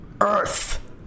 earth